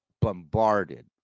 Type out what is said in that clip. bombarded